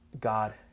God